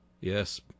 Yes